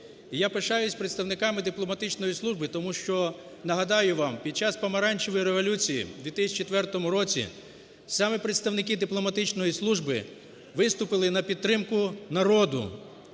я пишаюсь представниками дипломатичної служби, тому що, нагадаю вам, під час Помаранчевої революції в 2004 році саме представники дипломатичної служби виступили на підтримку народу,